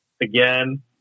again